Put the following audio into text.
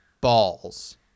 balls